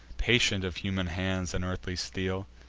patient of human hands and earthly steel?